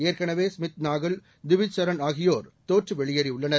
ஏற்கனவே ஸ்மித் நாகல் திவிஜ் சரண் ஆகியோர் தோற்று வெளியேறியுள்ளனர்